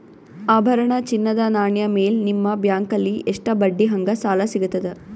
ಆಭರಣ, ಚಿನ್ನದ ನಾಣ್ಯ ಮೇಲ್ ನಿಮ್ಮ ಬ್ಯಾಂಕಲ್ಲಿ ಎಷ್ಟ ಬಡ್ಡಿ ಹಂಗ ಸಾಲ ಸಿಗತದ?